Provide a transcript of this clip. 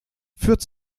führt